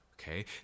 okay